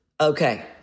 Okay